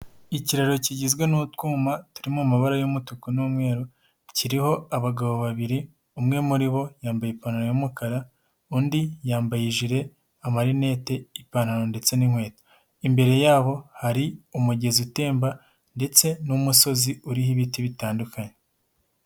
Ikiraro kigizwe n'utwuma turimo mu mabara y'umutuku n'umweru, kiriho abagabo babiri umwe muri bo yambaye ipantaro y'umukara undi yambaye ijire, amarinete, ipantaro ndetse n'inkweto, imbere yabo hari umugezi utemba ndetse n'umusozi uriho ibiti bitandukanye.